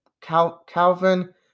Calvin